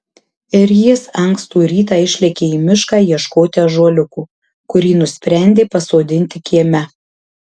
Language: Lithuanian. ir jis ankstų rytą išlėkė į mišką ieškoti ąžuoliuko kurį nusprendė pasodinti kieme